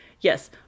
Yes